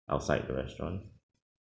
outside the restaurant